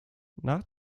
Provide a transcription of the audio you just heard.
nach